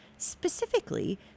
Specifically